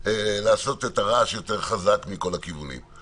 לעשות את הרעש יותר חזק מכל הכיוונים.